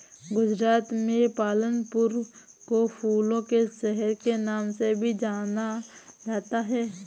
गुजरात के पालनपुर को फूलों के शहर के नाम से भी जाना जाता है